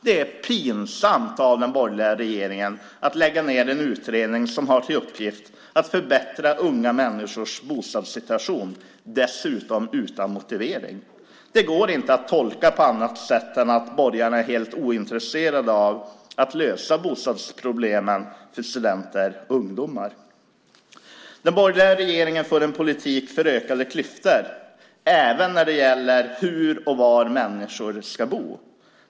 Det är pinsamt av den borgerliga regeringen att lägga ned en utredning som har till uppgift att förbättra unga människors bostadssituation, dessutom utan motivering. Det går inte att tolka på annat sätt än att borgarna är helt ointresserade av att lösa bostadsproblemen för studenter och ungdomar. Den borgerliga regeringen för en politik för ökade klyftor, även när det gäller hur och var människor ska bo.